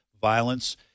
violence